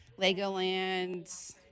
Legoland